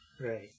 Right